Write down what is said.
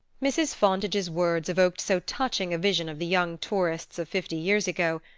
mrs. fontage's words evoked so touching a vision of the young tourists of fifty years ago,